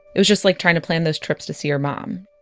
it was just like trying to plan those trips to see her mom.